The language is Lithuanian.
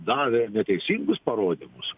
davė neteisingus parodymus